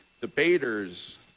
debaters